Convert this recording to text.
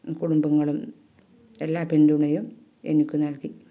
കുടുംബങ്ങളും എല്ലാ പിന്തുണയും എനിക്ക് നൽകി